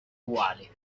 uguali